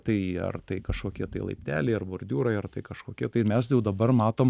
tai ar tai kažkokie tai laipteliai ar bordiūrai ar tai kažkokie tai mes jau dabar matom